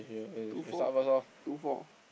two four two four